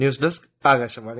news desk Akashvani